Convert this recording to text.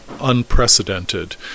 unprecedented